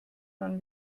man